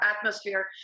atmosphere